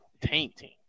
tainting